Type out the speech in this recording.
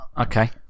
Okay